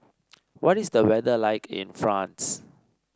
what is the weather like in France